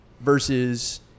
versus